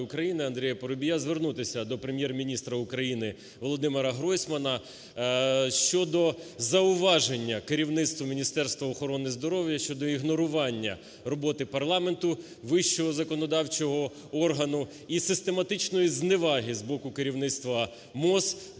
України Андрія Парубія звернутися до Прем'єр-міністра України Володимира Гройсмана щодо зауваження керівництва Міністерства охорони здоров'я щодо ігнорування роботи парламенту вищого законодавчого органу і систематичної зневаги з боку керівництва МОЗ